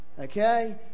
Okay